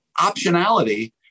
optionality